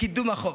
בחוק וקידומו,